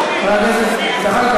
חבר הכנסת זחאלקה,